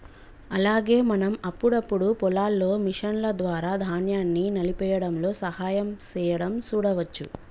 అలాగే మనం అప్పుడప్పుడు పొలాల్లో మిషన్ల ద్వారా ధాన్యాన్ని నలిపేయ్యడంలో సహాయం సేయడం సూడవచ్చు